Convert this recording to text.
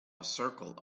circle